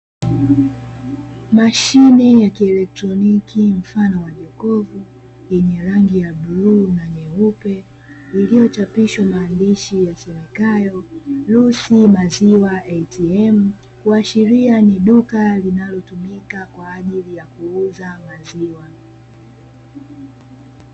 Mashine ya kielektroniki mfano wa jokofu, lenye rangi ya bluu na nyeupe, liliochapishwa maandishi yasomekayo "lucy maziwa ATM", kuashiria ni duka linalotumika kwa ajili ya kuuza maziwa.